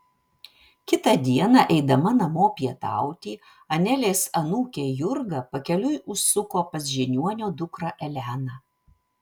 kitą dieną eidama namo pietauti anelės anūkė jurga pakeliui užsuko pas žiniuonio dukrą eleną